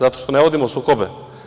Zato što ne vodimo sukobe.